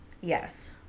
Yes